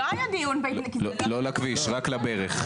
לא לכביש, רק לגשר.